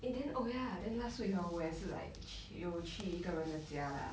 eh then oh ya then last week hor 我也是 like 有去一个人的家 lah